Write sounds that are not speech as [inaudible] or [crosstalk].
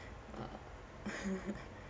[laughs]